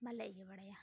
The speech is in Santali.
ᱵᱟᱞᱮ ᱤᱭᱟᱹ ᱵᱟᱲᱟᱭᱟ